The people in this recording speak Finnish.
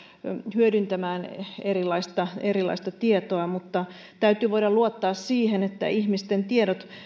hyödyntämään erilaista erilaista tietoa mutta täytyy voida luottaa siihen että ihmisten tiedot